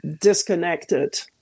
disconnected